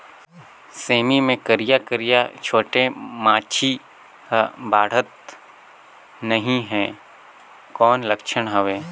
सेमी मे करिया करिया छोटे माछी हे बाढ़त नहीं हे कौन लक्षण हवय?